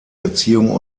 erziehung